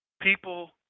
People